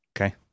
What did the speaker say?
Okay